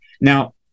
Now